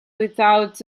without